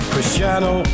Cristiano